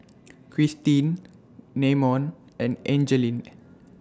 Christene Namon and Angeline